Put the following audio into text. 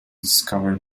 discovered